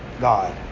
God